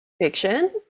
fiction